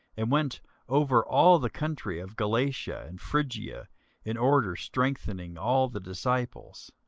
and went over all the country of galatia and phrygia in order, strengthening all the disciples.